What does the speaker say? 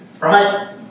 right